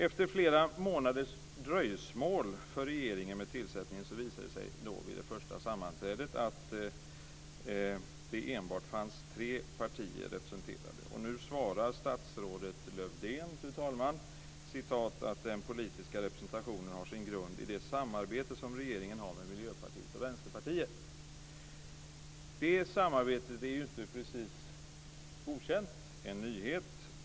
Efter flera månaders dröjsmål med tillsättningen från regeringens sida visade det sig vid det första sammanträdet att det enbart fanns tre partier representerade. Nu svarar statsrådet Lövdén, fru talman, att: "Delegationens politiska representation har sin grund i det samarbete som regeringen har med Miljöpartiet och Vänsterpartiet". Det samarbetet är ju inte precis okänt. Det är ingen nyhet.